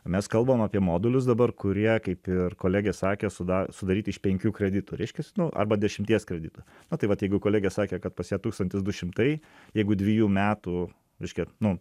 mes kalbam apie modulius dabar kurie kaip ir kolegė sakė suda sudaryti iš penkių kreditų reiškias nu arba dešimties kreditų na tai vat jeigu kolegė sakė kad pas ją tūkstantis du šimtai jeigu dviejų metų reiškia nu